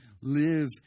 live